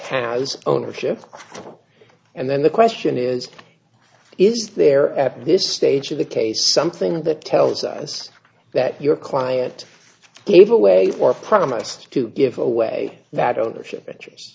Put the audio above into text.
has ownership and then the question is is there at this stage of the case something that tells us that your client gave away or promised to give away that ownership in